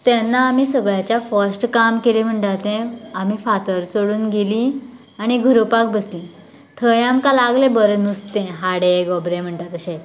तेन्ना आमी सगळ्यांच्या फस्ट काम केलें म्हणटा ते आमी फातर चडोवन गेली आनी गरोवपाक बसली थंय आमकां लागलें बरें नुस्ते हाडे गोबरें म्हणटा तशें